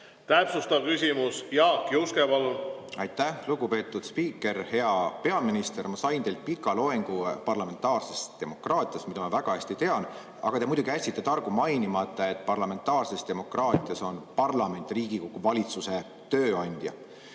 Täpsustav küsimus. Jaak Juske, palun! Aitäh, lugupeetud spiiker! Hea peaminister! Ma sain teilt pika loengu parlamentaarsest demokraatiast, mida ma väga hästi tean, aga te muidugi jätsite targu mainimata, et parlamentaarses demokraatias on parlament, Riigikogu, valitsuse tööandja.